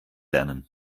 lernen